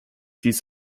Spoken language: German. dies